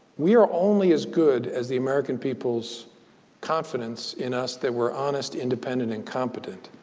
we're only as good as the american people's confidence in us that we're honest, independent, and competent.